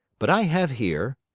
but i have here,